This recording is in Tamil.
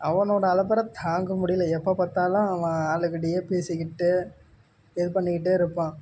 அவனோட அலப்பறை தாங்க முடியலை எப்போ பார்த்தாலும் அவன் ஆள் கூடயே பேசிக்கிட்டு இது பண்ணிக்கிட்டே இருப்பான்